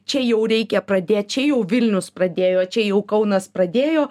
čia jau reikia pradėt čia jau vilnius pradėjo čia jau kaunas pradėjo